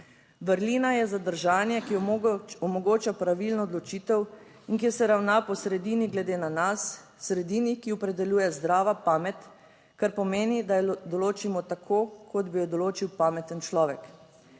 Vrlina je zadržanje, ki omogoča pravilno odločitev in ki se ravna po sredini glede na nas, sredini, ki opredeljuje zdrava pamet, kar pomeni, da jo določimo tako, kot bi jo določil pameten človek.